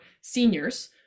seniors